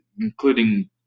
including